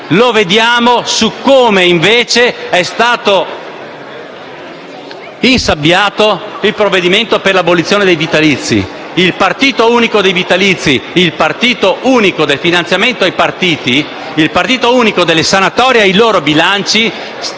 Lo vediamo da come, invece, è stato insabbiato il provvedimento per l'abolizione dei vitalizi. Il partito unico dei vitalizi, il partito unico del finanziamento ai partiti e delle sanatorie ai loro bilanci